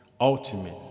ultimate